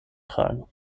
tragen